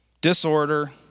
disorder